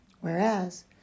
whereas